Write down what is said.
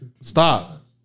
stop